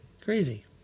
crazy